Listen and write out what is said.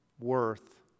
worth